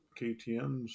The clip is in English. KTMs